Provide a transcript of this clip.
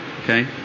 Okay